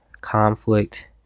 conflict